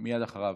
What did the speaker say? מייד אחריו.